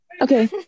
Okay